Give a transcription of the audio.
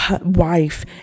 wife